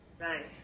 Right